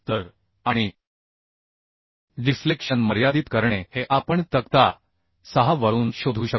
तर आणि डिफ्लेक्शन मर्यादित करणे हे आपण तक्ता 6 वरून शोधू शकतो